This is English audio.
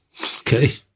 Okay